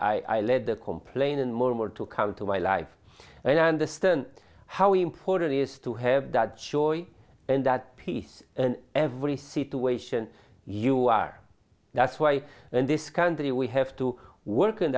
lied i led the complainant more more to come to my life and i understand how important is to have that choice and that peace and every situation you are that's why in this country we have to work in